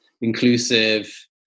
inclusive